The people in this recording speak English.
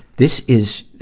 this is,